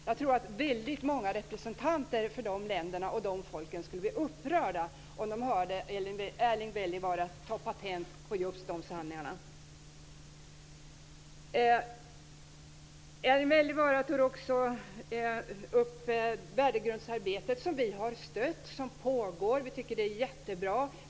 Jag tror att väldigt många representanter för dessa länder och dessa folk skulle bli upprörda om de hörde Erling Wälivaara ta patent på just dessa sanningar. Erling Wälivaara tar också upp värdegrundsarbetet som vi har stött och som pågår. Vi tycker att det är jättebra.